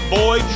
boy